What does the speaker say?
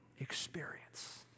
experience